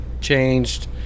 changed